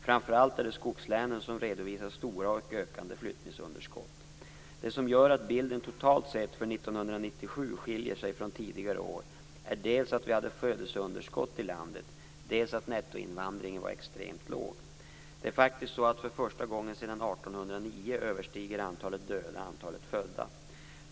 Framför allt är det skogslänen som redovisar stora och ökande flyttningsunderskott. Det som gör att bilden totalt sett för 1997 skiljer sig från tidigare år är dels att vi hade födelsunderskott i landet, dels att nettoinvandringen var extremt låg. Det är faktiskt så att för första gången sedan 1809 överstiger antalet döda antalet födda.